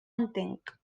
entenc